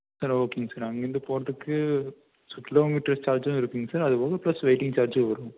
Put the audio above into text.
sir ஓகேங்க sir அங்கேந்து போகறதுக்கு சுட் கிலோமீட்டஸ் சார்ஜும் இருக்குங்க சார் அதுப்போக ப்ளஸ் வெய்ட்டிங் சார்ஜும் வரும்